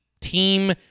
team